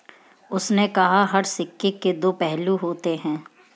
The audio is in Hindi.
उसने कहा हर सिक्के के दो पहलू होते हैं